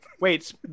Wait